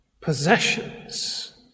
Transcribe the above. Possessions